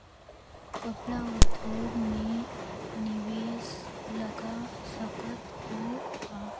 कपड़ा उद्योग म निवेश लगा सकत हो का?